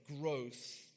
growth